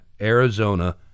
Arizona